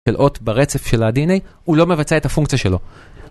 של אות ברצף של ה DNA הוא לא מבצע את הפונקציה שלו